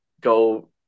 go